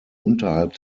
unterhalb